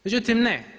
Međutim, ne.